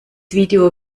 video